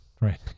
right